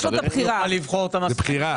זה מודל לבחירה.